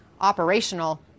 operational